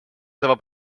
этого